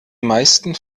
meisten